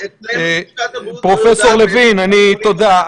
אצלם משרד הבריאות --- פרופ' לוין, תודה.